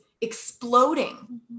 exploding